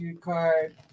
card